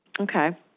Okay